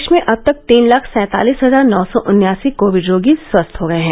देश में अब तक तीन लाख सैंतालीस हजार नौ सौ उन्यासी कोविड रोगी स्वस्थ हो गए हैं